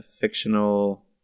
fictional